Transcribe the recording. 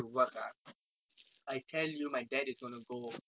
mad cause